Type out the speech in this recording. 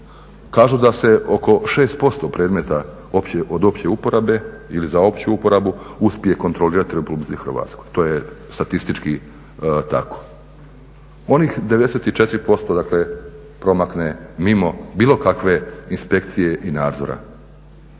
Kažu da se oko 6% predmeta od opće uporabe ili za opću uporabu uspije kontrolirati u Republici Hrvatskoj to je statistički tako. Onih 94%, dakle promakne mimo bilo kakve inspekcije i nadzora.